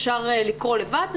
אפשר לקרוא לבד,